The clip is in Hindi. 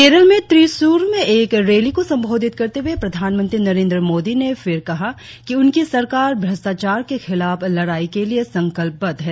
केरल में त्रिशूर में एक रैली को संबोधित करते हुए प्रधानमंत्री नरेंद्र मोदी ने फिर कहा कि उनकी सरकार भ्रष्टाचार के खिलाफ लड़ाई के लिए संकल्पबंद्व है